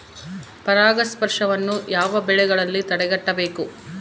ಪರಾಗಸ್ಪರ್ಶವನ್ನು ಯಾವ ಬೆಳೆಗಳಲ್ಲಿ ತಡೆಗಟ್ಟಬೇಕು?